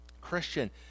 Christian